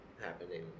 happening